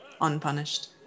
unpunished